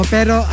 Pero